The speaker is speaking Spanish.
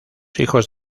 hijos